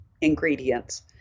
ingredients